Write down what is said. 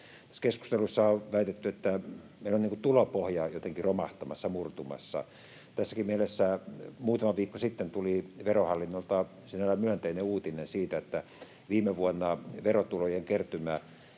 keskustelussa on väitetty, että meillä on tulopohja jotenkin romahtamassa, murtumassa. Tässäkin mielessä tuli muutama viikko sitten Verohallinnolta sinällään myönteinen uutinen siitä, että viime vuonna verotulojen kertymä